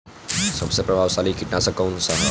सबसे प्रभावशाली कीटनाशक कउन सा ह?